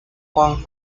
juan